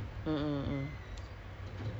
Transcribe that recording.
lepas sekolah then